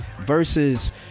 versus